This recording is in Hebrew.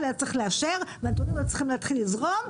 היה צריך לאשר והנתונים היו צריכים להתחיל לזרום,